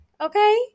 Okay